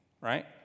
right